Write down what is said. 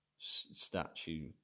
statue